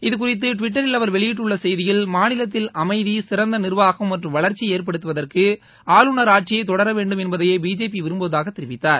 இதுகுறித்து டுவிட்டரில் அவர் வெளியிட்டுள்ள செய்தியில் மாநிலத்தில் அமைதி சிறந்த நிர்வாகம் மற்றும் வளர்ச்சியை ஏற்படுத்துவதற்கு ஆளுனர் ஆட்சியே தொடர வேண்டும் என்பதையே பிஜேபி விரும்புவதாக தெரிவித்தார்